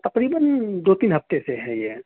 تقریبآٓ دو تین ہفتے سے ہے یہ